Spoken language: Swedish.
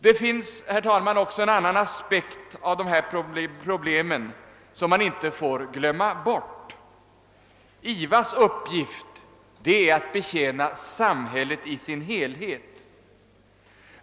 Det finns, herr talman, också en annan aspekt på dessa problem som man inte får glömma. IVA:s uppgift är att betjäna samhället i dess helhet.